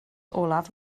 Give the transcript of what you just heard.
olaf